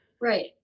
Right